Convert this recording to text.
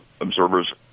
observers